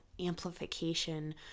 amplification